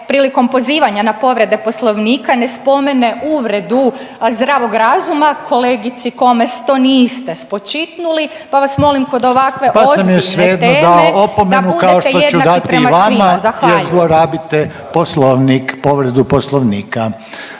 prilikom pozivanje na povrede Poslovnika ne spomene uvredu zdravog razuma. Kolegici Komes to niste spočitnuli, pa vas molim kod ovakve ozbiljne teme da budete jednaki prema svima. Zahvaljujem.